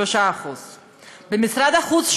3%; במשרד החוץ,